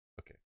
okay